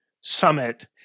summit